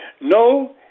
No